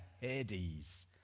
Hades